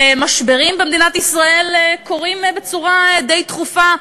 ומשברים במדינת ישראל קורים בתדירות די תכופה,